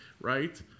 Right